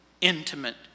intimate